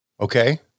Okay